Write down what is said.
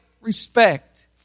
respect